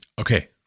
okay